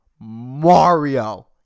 Mario